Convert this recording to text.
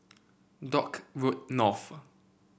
Dock Road North